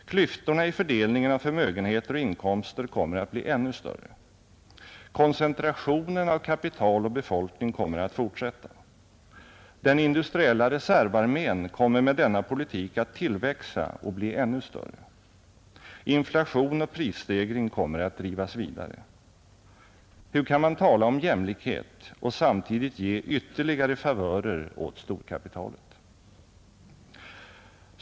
Klyftorna i fördelningen av förmögenheter och inkomster kommer att bli ännu större. Koncentrationen av kapital och befolkning kommer att fortsätta. Den industriella reservarmén kommer med denna politik att tillväxa och bli ännu större. Inflation och prisstegring kommer att drivas vidare. Hur kan man tala om jämlikhet och samtidigt ge ytterligare favörer åt storkapitalet?